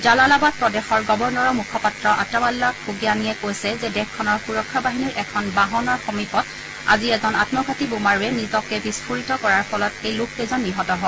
জালালাবাদ প্ৰদেশৰ গৱৰ্ণৰৰ মুখপাত্ৰ আতাউল্লা খোগয়ানিয়ে কৈছে যে দেশখনৰ সুৰক্ষা বাহিনীৰ এখন বাহনৰ সমীপত আজি এজন আমঘাটী বোমাৰুৱে নিজকে বিস্ফোৰিত কৰাৰ ফলত এই লোককেইজন নিহত হয়